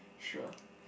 sure